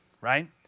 right